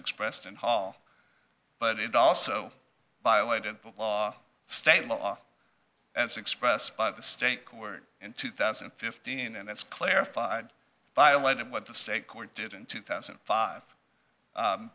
expressed in hall but it also violated the law state law as expressed by the state court in two thousand and fifteen and that's clarified violated what the state court did in two thousand and five